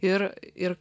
ir ir